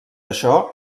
això